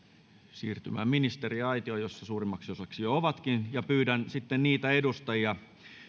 siirtymään ministeriaitioon jossa suurimmaksi osaksi jo ovatkin ja pyydän sitten niitä edustajia